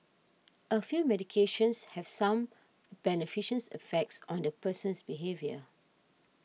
a few medications have some beneficial effects on the person's behaviour